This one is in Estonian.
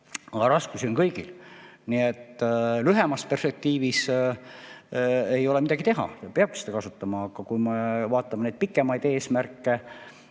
Aga raskusi on kõigil. Lühemas perspektiivis ei ole midagi teha ja peabki seda kasutama, aga kui me vaatame pikemaid eesmärke,